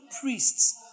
priests